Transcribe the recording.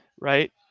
right